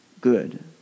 good